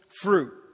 fruit